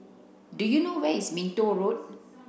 do you know where is Minto Road